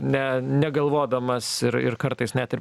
ne negalvodamas ir ir kartais net ir